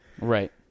Right